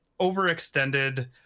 overextended